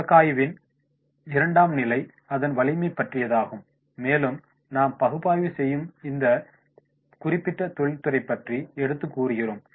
வழக்காய்வின் இராண்டாம் நிலை அதன் வலிமை பற்றியதாகும் மேலும் நாம் பகுப்பாய்வு செய்யும் இந்த குறிப்பிட்ட தொழிற்துறையை பற்றி எடுத்துக் கூறுகிறோம்